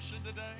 today